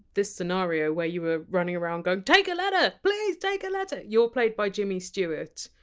this scenario where you were running around going take a letter! please! take a letter! you're played by jimmy stewart,